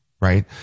right